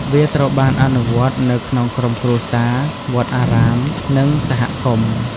វាត្រូវបានអនុវត្តនៅក្នុងក្រុមគ្រួសារ វត្តអារាម និងសហគមន៍។